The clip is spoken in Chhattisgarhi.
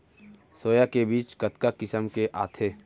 सोया के बीज कतका किसम के आथे?